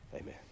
amen